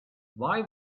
why